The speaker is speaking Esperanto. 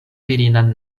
virinan